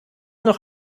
noch